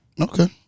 Okay